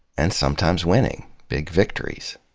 and sometimes winning big victories,